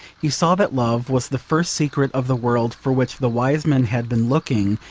he saw that love was the first secret of the world for which the wise men had been looking,